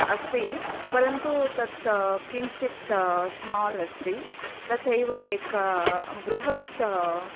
अस्ति परन्तु तत् किञ्चित् स्माल् अस्ति तथैव एक बृहत्